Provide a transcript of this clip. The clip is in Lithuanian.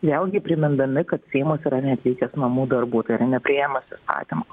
vėlgi primindami kad seimas yra neatlikęs namų darbų tai yra nepriėmęs įstatymo